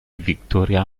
victoria